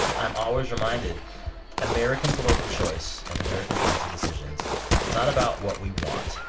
i'm always reminded american political choice and american policy decisions it's not about what we want.